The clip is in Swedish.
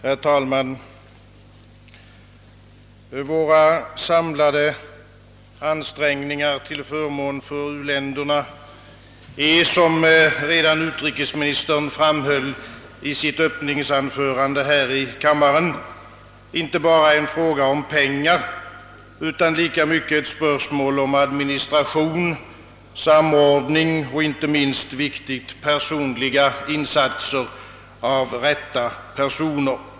Herr talman! Våra samlade ansträngningar till förmån för u-länderna är, som utrikesministern framhöll i sitt öppningsanförande här i kammaren, inte bara en fråga om pengar utan lika mycket ett spörsmål om administration, samordning och, inte minst viktigt, personliga insatser av rätta personer.